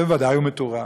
ובוודאי הוא מטורף,